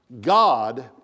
God